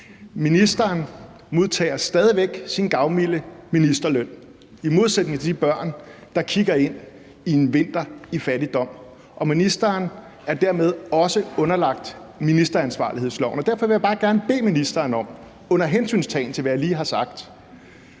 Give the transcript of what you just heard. minister modtager stadig væk sin gavmilde ministerløn i modsætning til de børn, som kigger ind i en vinter i fattigdom, og den fungerende minister er dermed også underlagt ministeransvarlighedsloven. Derfor vil jeg bare gerne bede den fungerende minister om, under hensyntagen til hvad jeg lige har sagt,